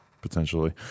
Potentially